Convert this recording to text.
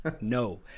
No